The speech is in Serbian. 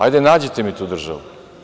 Ajde, nađite mi tu državu.